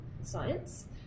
science